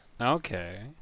Okay